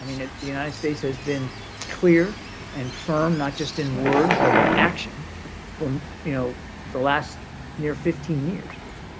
i mean, the united states has been clear and firm not just in word, but in action for you know the last near fifteen years